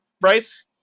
Bryce